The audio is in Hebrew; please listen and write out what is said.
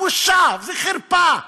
בושה וחרפה,